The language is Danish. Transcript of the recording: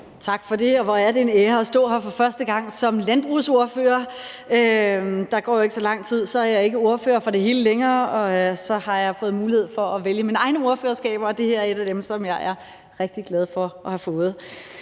Tak for det. Hvor er det en ære at stå her for første gang som landbrugsordfører. Der går jo ikke så lang tid, før jeg ikke er ordfører for det hele længere, og så har jeg fået mulighed for at vælge mine egne ordførerskaber, og det her er et af dem, jeg er rigtig glad for at have fået.